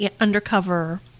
undercover